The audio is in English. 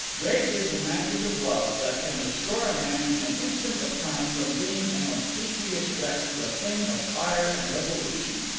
great is the magic of love that can restore a man in an instant of time from being an obsequious wreck to a thing of fire and resolution.